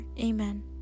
Amen